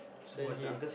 then he